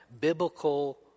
biblical